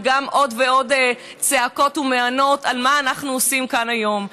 וגם עוד ועוד צעקות ומענות על מה שאנחנו עושים כאן היום.